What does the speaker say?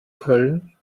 köln